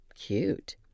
Cute